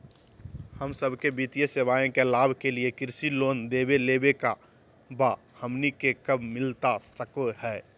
हम सबके वित्तीय सेवाएं के लाभ के लिए कृषि लोन देवे लेवे का बा, हमनी के कब मिलता सके ला?